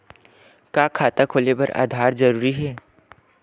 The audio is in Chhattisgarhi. का खाता खोले बर आधार जरूरी हे?